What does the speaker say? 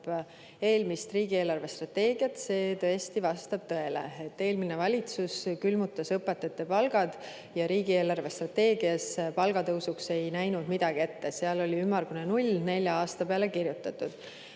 eelmist riigi eelarvestrateegiat, tõesti vastab tõele. Eelmine valitsus külmutas õpetajate palgad ja riigi eelarvestrateegias palgatõusuks ei näinud midagi ette, seal oli ümmargune null nelja aasta peale kirjutatud.